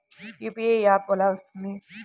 UPI app ఎలా వస్తుంది?